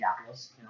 apples